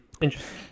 interesting